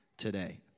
today